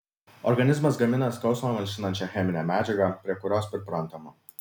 organizmas gamina skausmą malšinančią cheminę medžiagą prie kurios priprantama